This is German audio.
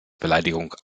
beleidigung